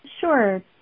Sure